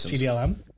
CDLM